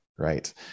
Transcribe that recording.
Right